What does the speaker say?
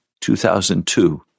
2002